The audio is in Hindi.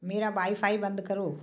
मेरा वाई फ़ाई बंद करो